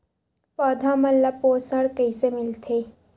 पौधा मन ला पोषण कइसे मिलथे?